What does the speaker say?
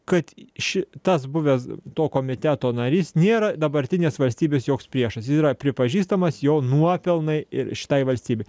kad ši tas buvęs to komiteto narys nėra dabartinės valstybės joks priešas jis yra pripažįstamas jo nuopelnai ir šitai valstybei